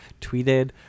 tweeted